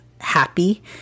happy